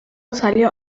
salió